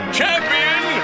champion